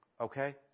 okay